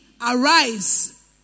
arise